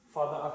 Father